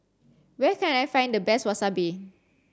where can I find the best Wasabi